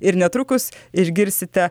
ir netrukus išgirsite